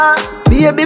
Baby